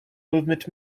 movement